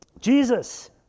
Jesus